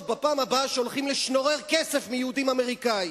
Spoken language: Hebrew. בפעם הבאה שהולכים לשנורר כסף מיהודים אמריקנים.